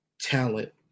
talent